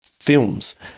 Films